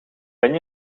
ben